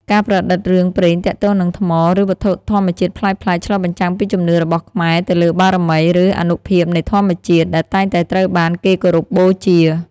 ការប្រឌិតរឿងព្រេងទាក់ទងនឹងថ្ម ឬវត្ថុធម្មជាតិប្លែកៗ ឆ្លុះបញ្ចាំងពីជំនឿរបស់ខ្មែរទៅលើបារមី ឬអានុភាពនៃធម្មជាតិ ដែលតែងតែត្រូវបានគេគោរពបូជា។